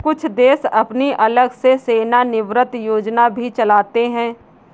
कुछ देश अपनी अलग से सेवानिवृत्त योजना भी चलाते हैं